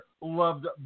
loved